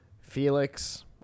Felix